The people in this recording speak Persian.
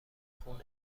خون